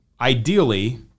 ideally